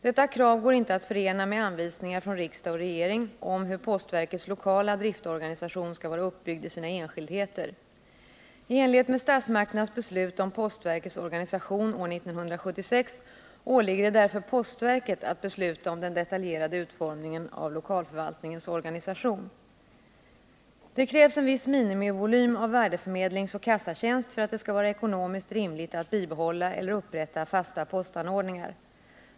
Detta krav går inte att förena med anvisningar från riksdag och regering om hur postverkets lokala driftorganisation skall vara uppbyggd i sina enskildheter. I enlighet med statsmakternas beslut om postverkets organisation år 1976 åligger det därför postverket att besluta om den detaljerade utformningen av lokalförvaltningens organisation. Det krävs en viss minimivolym av värdeförmedlingsoch kassatjänst för att det skall vara ekonomiskt rimligt att bibehålla eller upprätta fasta postanordningar.